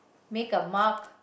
make a mark